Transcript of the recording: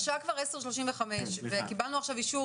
השעה כבר 10:35. קיבלנו עכשיו אישור